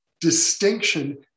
distinction